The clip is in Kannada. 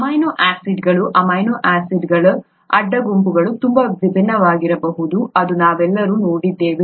ಅಮೈನೋ ಆಸಿಡ್ಗಳು ಅಮೈನೋ ಆಸಿಡ್ಗಳ ಅಡ್ಡ ಗುಂಪುಗಳು ತುಂಬಾ ವಿಭಿನ್ನವಾಗಿರಬಹುದು ಎಂದು ನಾವೆಲ್ಲರೂ ನೋಡಿದ್ದೇವೆ